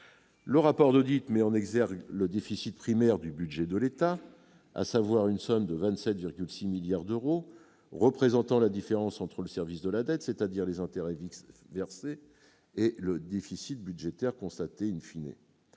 Le rapport d'audit met en exergue le déficit primaire du budget de l'État, à savoir une somme de 27,6 milliards d'euros, représentant la différence entre le service de la dette, c'est-à-dire les intérêts versés, et le déficit budgétaire constaté.